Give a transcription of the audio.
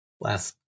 last